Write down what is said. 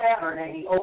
Saturday